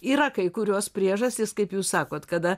yra kai kurios priežastys kaip jūs sakot kada